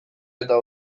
eta